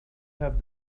have